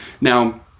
Now